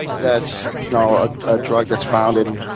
that's you know ah a drug that's found in